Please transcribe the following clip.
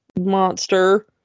monster